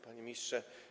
Panie Ministrze!